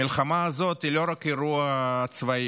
המלחמה הזאת היא לא רק אירוע צבאי,